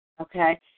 okay